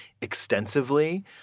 extensively